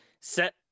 set